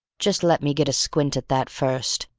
just let me get a squint at that first,